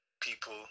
People